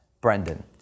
Brendan